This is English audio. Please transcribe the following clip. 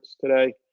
today